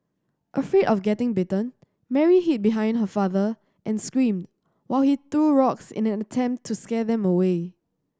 afraid of getting bitten Mary hid behind her father and screamed while he threw rocks in an attempt to scare them away